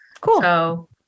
Cool